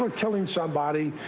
um killing somebody,